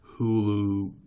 Hulu